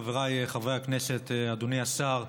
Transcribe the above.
חבריי חברי הכנסת, אדוני השר,